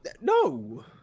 No